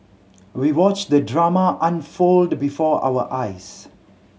we watched the drama unfold before our eyes